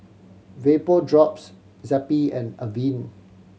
Vapodrops Zappy and Avene